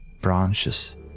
branches